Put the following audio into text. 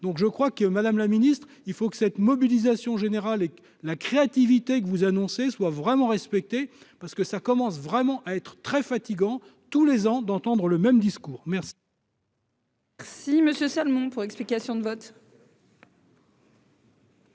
donc je crois que Madame la Ministre, il faut que cette mobilisation générale et la créativité que vous annoncez soit vraiment respectée parce que ça commence vraiment à être très fatigant, tous les ans, d'entendre le même discours, merci. Si Monsieur Salmon pour explication de vote.